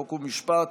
חוק ומשפט,